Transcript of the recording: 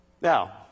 Now